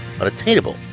unattainable